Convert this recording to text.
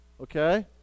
okay